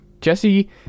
Jesse